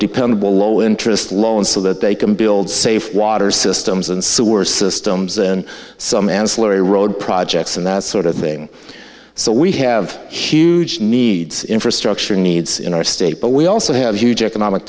dependable low interest loans so that they can build safe water systems and sewer systems and some ancillary road projects and that sort of thing so we have huge needs infrastructure needs in our state but we also have huge economic